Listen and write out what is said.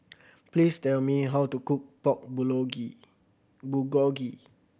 please tell me how to cook Pork Bulgogi